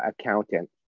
accountant